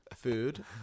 Food